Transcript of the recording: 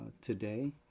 today